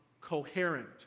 coherent